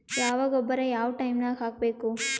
ಯಾವ ಗೊಬ್ಬರ ಯಾವ ಟೈಮ್ ನಾಗ ಹಾಕಬೇಕು?